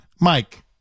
Mike